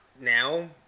now